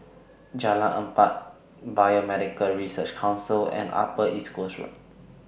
Jalan Empat Biomedical Research Council and Upper East Coast Road